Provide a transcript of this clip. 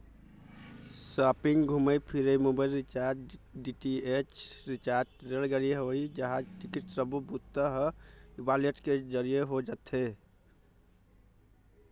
shopping, घूमई फिरई, mobile recharge, DTH recharge, रेलगाड़ी, हवई जहाज टिकट सब्बो बूता ह ई वॉलेट के जरिए हो जावत हे